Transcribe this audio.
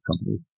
companies